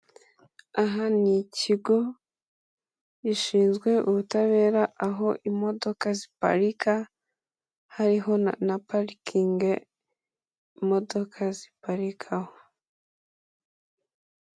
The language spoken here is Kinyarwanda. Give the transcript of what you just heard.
Aha ni ikigo gishinzwe ubutabera aho imodoka ziparika hariho na parikingi imodokadoka ziparika aho.